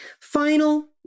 Final